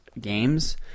games